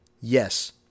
yes